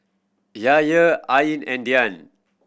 Yahaya Ain and Dian